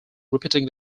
repeating